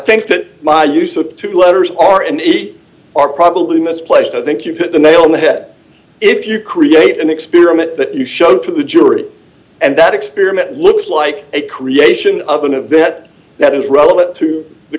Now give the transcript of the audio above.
think that my use of two letters are and are probably misplaced i think you've hit the nail on the head if you create an experiment that you show to the jury and that experiment looks like a creation of an a vet that is relevant to the